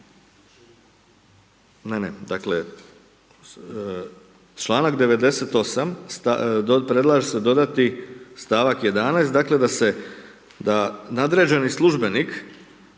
Dakle, članak 98. predlaže se dodati stavak 11. dakle da na nadređeni službenik